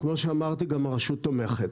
וכמו שאמרתי, גם הרשות תומכת.